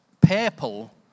purple